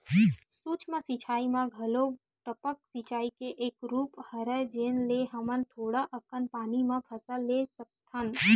सूक्ष्म सिचई म घलोक टपक सिचई के एक रूप हरय जेन ले हमन थोड़ा अकन पानी म फसल ले सकथन